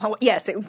Yes